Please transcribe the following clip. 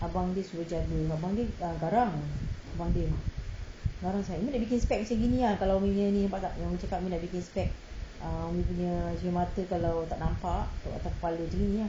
abang dia suruh jaga abang dia ah garang abang dia garang sangat umi nak bikin specs macam gini ah kalau umi punya ni nampak yang umi cakap nak bikin specs ah umi punya cermin mata kalau tak nampak taruh atas kepala jer macam gini ah